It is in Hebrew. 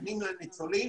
מטלפנים לניצולים,